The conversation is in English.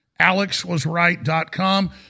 alexwasright.com